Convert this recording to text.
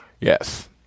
Yes